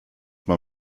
man